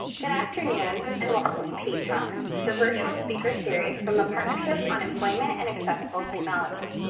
good afternoon, and welcome to peat talks, the virtual speaker series from the partnership on employment and accessible technology.